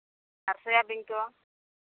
ᱟᱨ soyabean ᱠᱚ